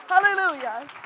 hallelujah